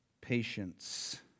patience